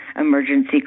emergency